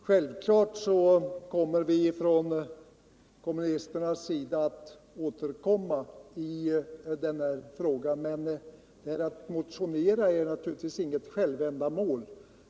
Herr talman! Självfallet kommer vi från vpk att återkomma i denna fråga. men att motionera är ju inget självändamål.